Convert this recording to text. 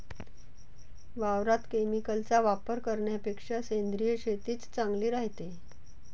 वावरात केमिकलचा वापर करन्यापेक्षा सेंद्रिय शेतीच चांगली रायते